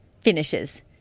finishes